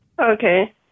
okay